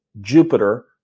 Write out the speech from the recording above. Jupiter